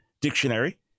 dictionary